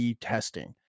testing